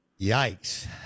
Yikes